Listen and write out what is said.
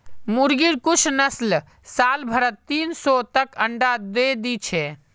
मुर्गिर कुछ नस्ल साल भरत तीन सौ तक अंडा दे दी छे